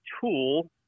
tool